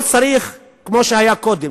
לא צריך לעשות ניסויים כמו שהיה צריך קודם,